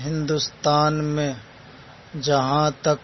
ہندوستان میں جہاں تک